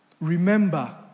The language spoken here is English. remember